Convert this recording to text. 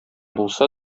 булса